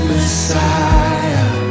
Messiah